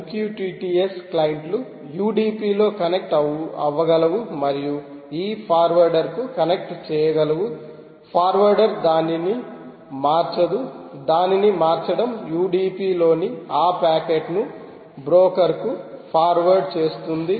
MQTT S క్లయింట్లు UDP లో connect అవ్వగలవు మరియు ఈ ఫార్వార్డర్కు కనెక్ట్ చేయగలవు ఫార్వార్డర్ దానిని మార్చదు దానిని మార్చడం UDP లోని ఆ ప్యాకెట్ను బ్రోకర్ కు ఫార్వార్డ్ చేస్తుంది